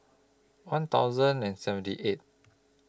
one thousand and seventy eight